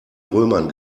römern